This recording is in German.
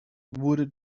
wurde